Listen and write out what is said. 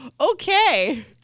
Okay